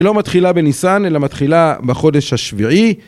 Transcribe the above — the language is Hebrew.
היא לא מתחילה בניסן, אלא מתחילה בחודש השביעי.